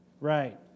Right